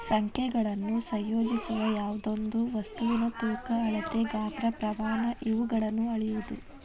ಸಂಖ್ಯೆಗಳನ್ನು ಸಂಯೋಜಿಸುವ ಯಾವ್ದೆಯೊಂದು ವಸ್ತುವಿನ ತೂಕ ಅಳತೆ ಗಾತ್ರ ಪ್ರಮಾಣ ಇವುಗಳನ್ನು ಅಳೆಯುವುದು